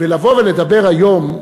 ולבוא ולדבר היום,